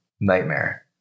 Nightmare